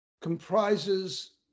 comprises